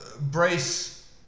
Brace